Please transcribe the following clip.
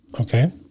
Okay